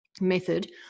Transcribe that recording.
method